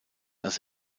als